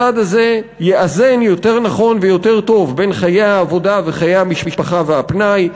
הצעד הזה יאזן יותר נכון ויותר טוב בין חיי העבודה וחיי המשפחה והפנאי,